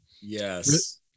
Yes